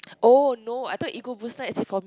oh no I thought ego booster as in for